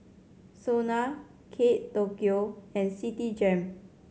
SONA Kate Tokyo and Citigem